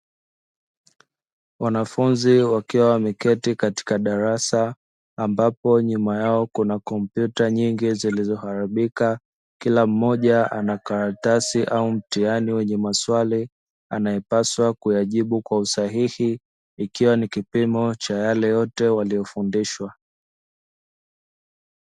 Wanafunzi wakiwa wameketi katika darasa ambapo nyuma yao kuna kompyuta nyingi zilizoharibika, kila mmoja ana karatasi au mtihani wenye maswali anayopaswa kuyajibu kwa usahihi, ikiwa ni kipimo cha yale yote yaliyofundishwa.